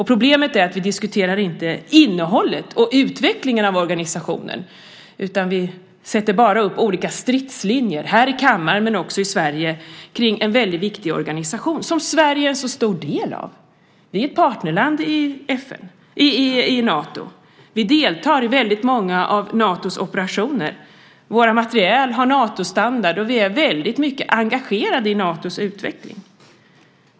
Problemet är att vi inte diskuterar innehållet i och utvecklingen av organisationen utan bara sätter upp olika stridslinjer, här i kammaren och i Sverige, kring en väldigt viktig organisation som Sverige är en stor del av. Vi är ett partnerland i Nato, vi deltar i väldigt många av Natos operationer, vår materiel har Natostandard och vi är väldigt mycket engagerade i Natos utveckling.